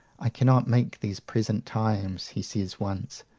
i cannot make these present times, he says once,